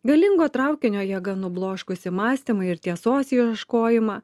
galingo traukinio jėga nubloškusi mąstymą ir tiesos ieškojimą